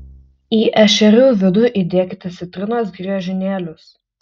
į ešerių vidų įdėkite citrinos griežinėlius